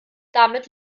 damit